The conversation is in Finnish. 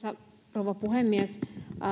rouva puhemies